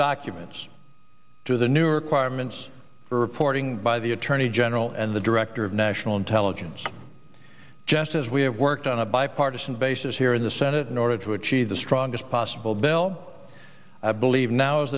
documents to the new requirements for reporting by the attorney general and the director of national intelligence just as we have worked on a bipartisan basis here in the senate in order to achieve the strongest possible bill i believe now